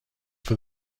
for